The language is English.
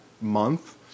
month